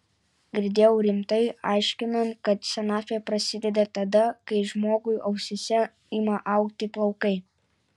girdėjau rimtai aiškinant kad senatvė prasideda tada kai žmogui ausyse ima augti plaukai